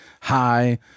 hi